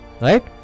Right